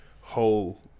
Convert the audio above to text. whole